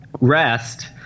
rest